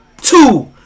Two